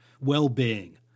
well-being